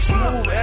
Smooth